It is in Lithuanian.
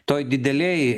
toj didelėj